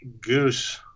goose